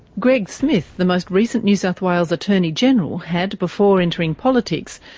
greg smith, the most recent new south wales attorney general, had, before entering politics,